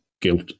guilt